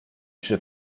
przy